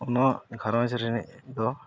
ᱱᱚᱣᱟ ᱜᱷᱟᱨᱚᱸᱡᱽ ᱨᱤᱱᱤᱡ ᱫᱚ